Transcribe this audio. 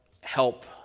help